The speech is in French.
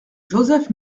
joseph